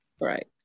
Right